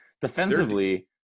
Defensively